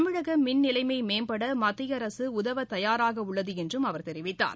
தமிழக மின் நிலைமை மேம்பட மத்திய அரசு உதவ தயாராக உள்ளது என்றும் அவர் தெரிவித்தார்